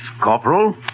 Corporal